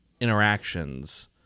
interactions